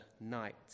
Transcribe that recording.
night